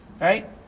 Right